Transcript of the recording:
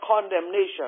condemnation